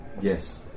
Yes